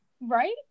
right